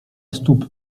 stóp